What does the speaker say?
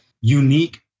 unique